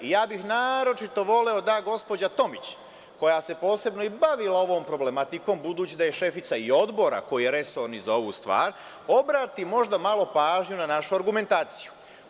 Ja bih naročito voleo da gospođa Tomić, koja se posebno i bavila ovom problematikom, budući da je šefica i odbora koji je resorni za ovu stvar, obrati možda malo pažnju na našu argumentaciju.